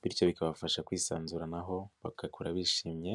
bityo bikabafasha kwisanzuranaho bagakura bishimye